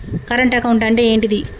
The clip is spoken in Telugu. కరెంట్ అకౌంట్ అంటే ఏంటిది?